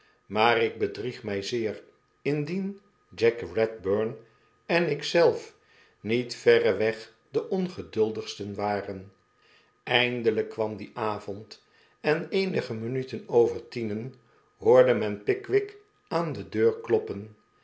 maar ik bedrieg my zeer indien jack eedburn en ik zelf niet verre weg de ongeduldigsten waren eindelyk kwam die avond en eenige minuten over tienen hoorde men pickwick aan de deur kloppen